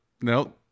no